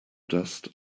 dust